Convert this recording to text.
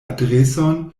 adreson